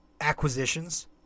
acquisitions